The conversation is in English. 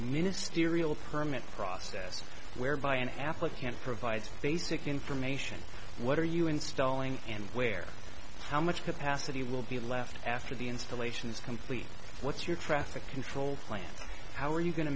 ministerial permit process whereby an athlete can't provide basic information what are you installing and where how much capacity will be left after the installation is complete what's your traffic control plan how are you going to